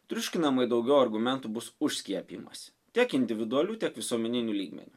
triuškinamai daugiau argumentų bus už skiepijimąsi tiek individualiu tiek visuomeniniu lygmeniu